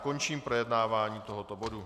Končím projednávání tohoto bodu.